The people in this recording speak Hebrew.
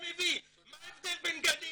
מה ההבדל בין דגנית